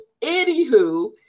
anywho